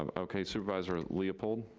um okay, supervisor leopold.